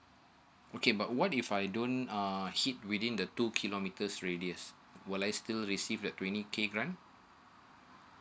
okay but what if I don't uh hit within the two kilometres radius will I still receive the twenty k grant